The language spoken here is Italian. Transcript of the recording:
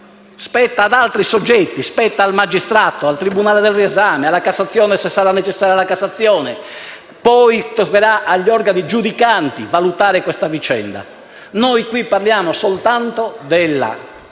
spetta ad altri soggetti, al magistrato, al tribunale del riesame e alla Cassazione, se sarà necessaria. Poi toccherà agli organi giudicanti valutare questa vicenda. Noi qui parliamo soltanto della fondatezza